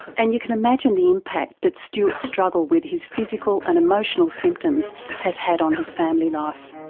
and you can imagine the impact that stuart's struggle with his physical and emotional symptoms has had on his family life.